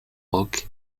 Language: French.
roch